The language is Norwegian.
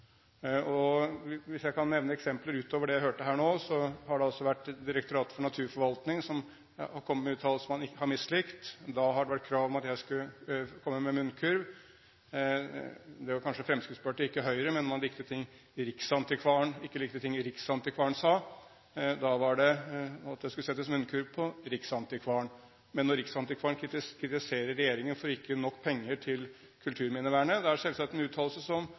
Hvis jeg kan nevne noen eksempler utover det jeg hørte her nå, har Direktoratet for naturforvaltning kommet med uttalelser man har mislikt. Da har det vært krav om at jeg skulle komme med munnkurv – det var kanskje fra Fremskrittspartiet og ikke Høyre. Når man ikke likte ting riksantikvaren sa, skulle det settes munnkurv på riksantikvaren. Men når riksantikvaren kritiserer regjeringen for ikke å gi nok penger til kulturminnevernet, er det selvsagt en uttalelse